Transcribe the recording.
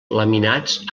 laminats